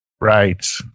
right